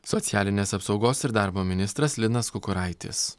socialinės apsaugos ir darbo ministras linas kukuraitis